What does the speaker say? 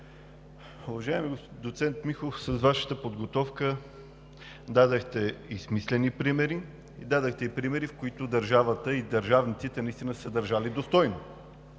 Уважаеми доцент Михов, с Вашата подготовка дадохте и смислени примери, дадохте и примери, в които държавата и държавниците наистина са се държали достойно.